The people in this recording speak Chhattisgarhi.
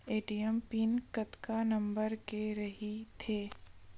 ए.टी.एम पिन कतका नंबर के रही थे?